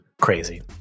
Crazy